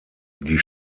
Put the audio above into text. die